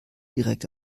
direkt